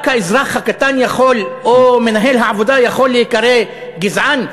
רק האזרח הקטן יכול או מנהל העבודה יכול להיקרא גזען?